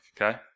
okay